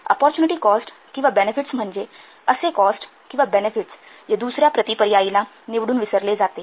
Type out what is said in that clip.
opportunity cost किंवा benefits म्हणजे असे कॉस्ट किंवा बेनेफिट्स जे दुसर्या प्रती पर्यायीला निवडून विसरले जाते